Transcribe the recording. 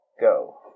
go